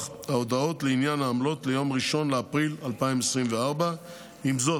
ההודעות לעניין העמלות ליום 1 באפריל 2024. עם זאת,